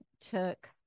took